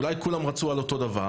אולי כולם רצו על אותו דבר?